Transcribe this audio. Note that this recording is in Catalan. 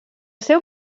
seu